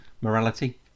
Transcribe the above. morality